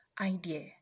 idea